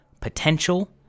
potential